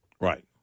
Right